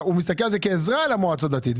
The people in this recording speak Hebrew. הוא מסתכל על זה כעזרה למועצה הדתית,